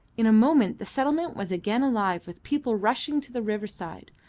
in a moment the settlement was again alive with people rushing to the riverside.